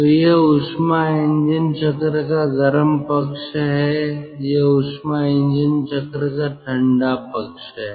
तो यह ऊष्मा इंजन चक्र का गर्म पक्ष है यह ऊष्मा इंजन चक्र का ठंडा पक्ष है